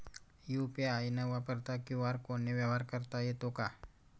UPI न वापरता QR कोडने व्यवहार करता येतो का?